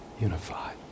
Unified